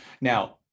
now